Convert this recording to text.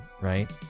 right